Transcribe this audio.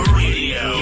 radio